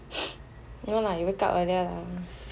no lah you wake up earlier lah